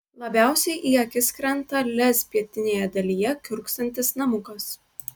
labiausiai į akis krenta lez pietinėje dalyje kiurksantis namukas